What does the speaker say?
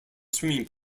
swimming